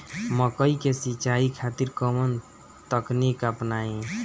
मकई के सिंचाई खातिर कवन तकनीक अपनाई?